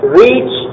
reach